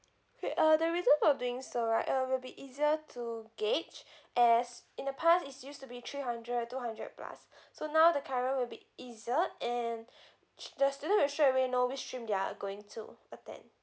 okay uh the reason for doing so right uh will be easier to gauge as in the past it's used to be three hundred two hundred plus so now the current will be easier and st~ the student will straight away know which stream they're going to attend